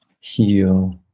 heal